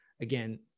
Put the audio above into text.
again